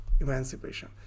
emancipation